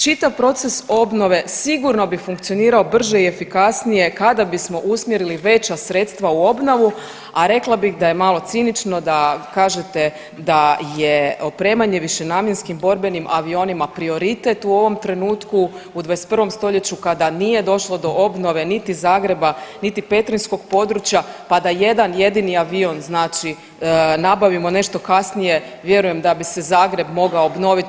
Čitav proces obnove sigurno bi funkcionirao brže i efikasnije kada bismo usmjerili veća sredstva u obnovu, a rekla bih da je malo cinično da kažete da je opremanje višenamjenskim borbenim avionima prioritet u ovom trenutku u 21. stoljeću kada nije došlo do obnove niti Zagreba, niti Petrinjskog područja pa da jedan jedini avion nabavimo nešto kasnije vjerujem da bi se Zagreb mogao obnovit.